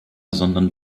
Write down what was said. sondern